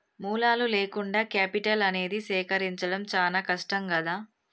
మూలాలు లేకుండా కేపిటల్ అనేది సేకరించడం చానా కష్టం గదా